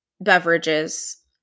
beverages